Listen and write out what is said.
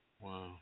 wow